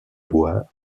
bois